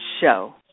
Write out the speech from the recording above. show